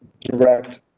direct